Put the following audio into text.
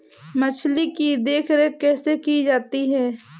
मछली की देखरेख कैसे की जाती है?